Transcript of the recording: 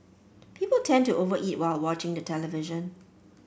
people tend to over eat while watching the television